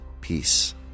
peace